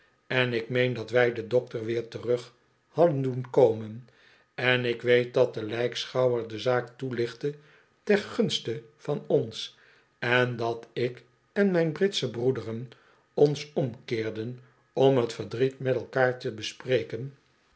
en ik meen dat wij den dokter weer terug hadden doen komen en ik weet dat de lijkschouwer de zaak toelichtte ter gunste van ons en dat ik en mijn britsche broederen ons omkeerden om t verdriet met elkaar te bespreken